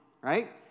Right